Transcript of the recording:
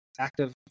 active